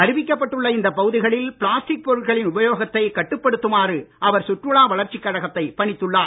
அறிவிக்கப்பட்டுள்ள இந்த பகுதிகளில் பிளாஸ்டிக் பொருட்களின் உபயோகத்தைக் கட்டுப்படுத்துமாறு அவர் சுற்றுலா வளர்ச்சிக் கழகத்தை பணித்துள்ளார்